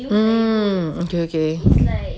mm okay okay